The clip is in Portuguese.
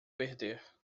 perder